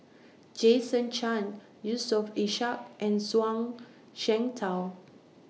Jason Chan Yusof Ishak and Zhuang Shengtao